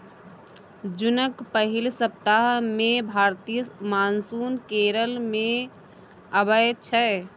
जुनक पहिल सप्ताह मे भारतीय मानसून केरल मे अबै छै